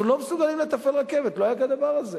אנחנו לא מסוגלים לתפעל רכבת, לא היה כדבר הזה.